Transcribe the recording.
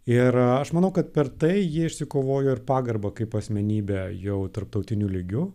ir aš manau kad per tai ji išsikovojo ir pagarbą kaip asmenybė jau tarptautiniu lygiu